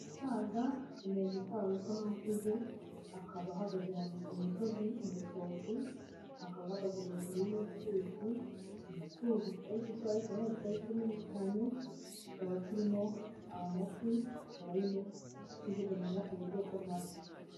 Umusaza, ni umusaz umeze nk'aho akuze akaba ahagaze ahantu ku musozi mu rutoki akaba ahagaze hejuru y'cyuzi, ni icyuzi kitari gito ariko nanone kitari kinini cyane kikaba kirimo amafi akaba arimo kujugunyamo ibiryo by'amafi.